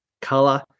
color